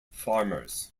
farmers